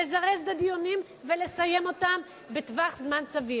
לזרז את הדיונים ולסיים אותם בטווח זמן סביר.